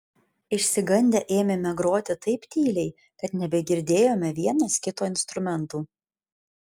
išsigandę ėmėme groti taip tyliai kad nebegirdėjome vienas kito instrumentų